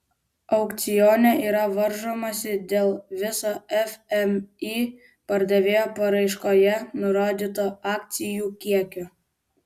aukcione yra varžomasi dėl viso fmį pardavėjo paraiškoje nurodyto akcijų kiekio